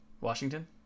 Washington